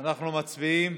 אנחנו מצביעים.